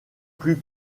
plus